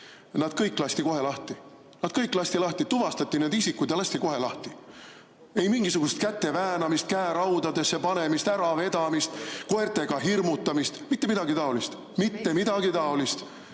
Nad kõik lasti kohe lahti. Kõik lasti lahti, tuvastati need isikud ja lasti kohe lahti. Ei mingisugust käteväänamist, käeraudadesse panemist, äravedamist, koertega hirmutamist – mitte midagi taolist. Mitte midagi taolist!